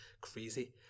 crazy